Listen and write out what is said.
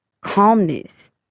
calmness